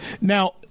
Now